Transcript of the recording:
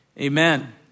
Amen